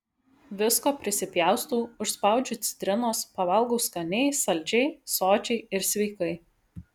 visko prisipjaustau užspaudžiu citrinos pavalgau skaniai saldžiai sočiai ir sveikai